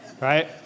right